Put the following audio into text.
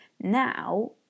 Now